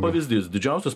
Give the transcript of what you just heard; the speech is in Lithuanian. pavyzdys didžiausias